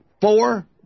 four